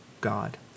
God